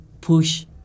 push